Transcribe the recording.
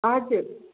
हजुर